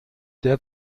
der